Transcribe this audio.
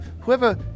whoever